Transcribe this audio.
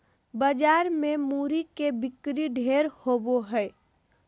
बाजार मे मूरी के बिक्री ढेर होवो हय